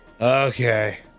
Okay